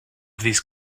these